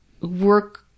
work